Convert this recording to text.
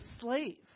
slave